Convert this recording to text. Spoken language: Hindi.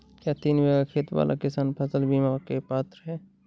क्या तीन बीघा खेत वाला किसान फसल बीमा का पात्र हैं?